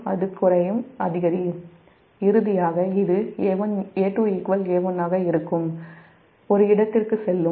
இறுதியாக இது A2 A1 ஆக இருக்கும் ஒரு இடத்திற்கு செல்லும்